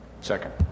Second